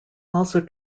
also